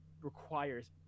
requires